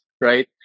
right